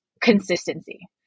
consistency